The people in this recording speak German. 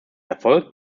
erfolg